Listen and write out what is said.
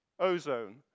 ozone